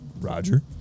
roger